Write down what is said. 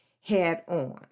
head-on